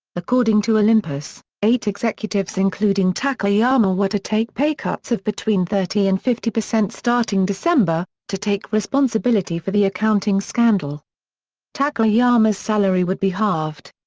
according to olympus, eight executives including takayama were to take pay cuts of between thirty and fifty percent starting december, to take responsibility for the accounting scandal takayama's salary would be halved.